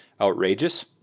outrageous